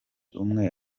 umwe